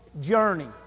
journey